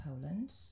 Poland